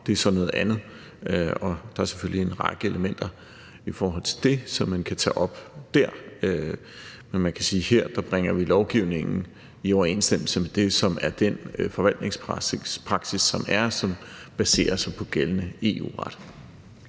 er så noget andet. Og der er selvfølgelig en række elementer i det, som man kan tage op der. Men man kan sige, at her bringer vi lovgivningen i overensstemmelse med det, som er den forvaltningspraksis, der er, og som baserer sig på gældende EU-ret.